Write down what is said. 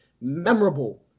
Memorable